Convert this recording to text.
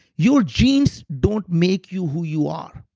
your genes don't make you who you are.